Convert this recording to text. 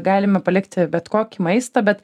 galime palikti bet kokį maistą bet